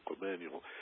Manual